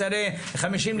לשרי חמישים,